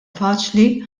faċli